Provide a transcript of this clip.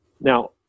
Now